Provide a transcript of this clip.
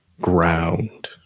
ground